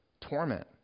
torment